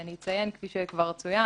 אני אציין כפי שכבר צוין